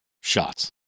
shots